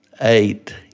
eight